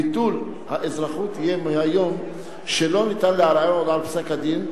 ביטול האזרחות יהיה מהיום שאין אפשרות לערער עוד על פסק-הדין,